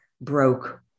broke